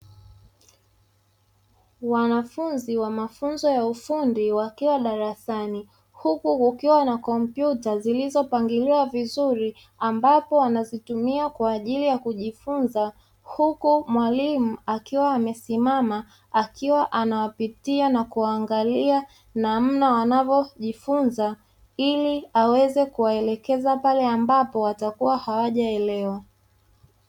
Wanafunzi wa mafunzo ya ufundi wakiwa darasani huku kukiwa na kompyuta zilizopangiliwa vizuri ambapo wanazitumia kwa ajili ya kujifunza. Huku mwalimu akiwa amesimama, akiwa anawapitia na kuangalia namna wanavyojifunza ili aweze kuelekeza pale ambapo watakuwa hawajaelewa.